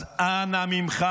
אז אנא ממך,